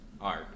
art